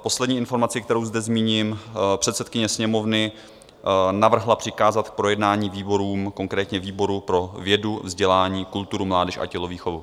Poslední informaci, kterou zde zmíním: předsedkyně Sněmovny navrhla přikázat k projednání výborům, konkrétně výboru pro vědu, vzdělání, kulturu, mládež a tělovýchovu.